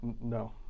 No